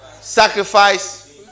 sacrifice